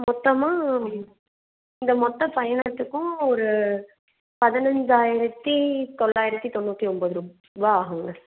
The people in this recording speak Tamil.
மொத்தமாக இந்த மொத்த ஃபைனான்ஸுக்கும் ஒரு பதினஞ்சாயிரத்தி தொள்ளாயிரத்தி தொண்ணூற்றி ஒம்பது ரூபாய் ஆகுங்க